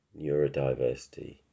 neurodiversity